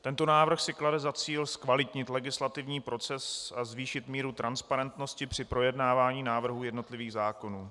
Tento návrh si klade za cíl zkvalitnit legislativní proces a zvýšit míru transparentnosti při projednávání návrhů jednotlivých zákonů.